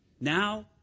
Now